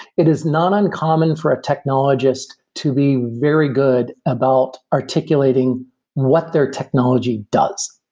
it is not uncommon for a technologist to be very good about articulating what their technology does.